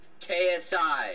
KSI